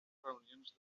reunions